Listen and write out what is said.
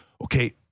okay